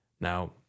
Now